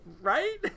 right